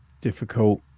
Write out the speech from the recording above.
difficult